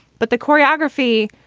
but the choreography.